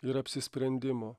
ir apsisprendimo